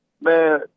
Man